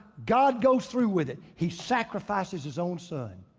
god goes through with it. he sacrifices his own son.